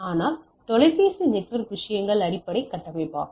ஆனால் தொலைபேசி நெட்வொர்க் விஷயங்களின் அடிப்படை கட்டமைப்பாகும்